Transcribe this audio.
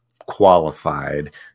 qualified